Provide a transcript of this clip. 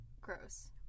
Gross